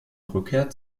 rückkehr